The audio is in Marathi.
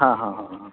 हां हां हां हां